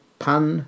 pan